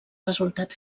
resultat